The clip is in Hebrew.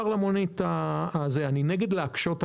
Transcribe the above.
בצביון של מונית יחולו עליהם כל כללי התשלום,